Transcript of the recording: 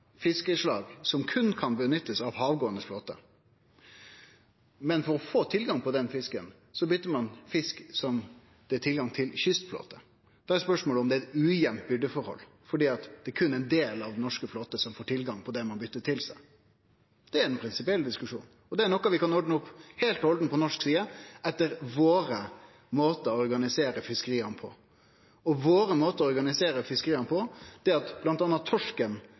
fiskeslag som berre kan nyttast av havgåande flåte, og for å få tilgang på den fisken, byter ein fisk som kystflåten har tilgang til, er spørsmålet om det er eit ujamt byrdeforhold, for det er berre ein del av den norske flåten som får tilgang til det ein byter til seg. Det er ein prinsipiell diskusjon, og det er noko vi kan ordne opp i fullt og heilt på norsk side, etter våre måtar å organisere fiskeria på. Og våre måtar å organisere fiskeria på, er bl.a. at torsken